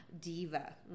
diva